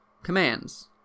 commands